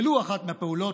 ולו אחת מהפעולות,